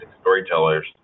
storytellers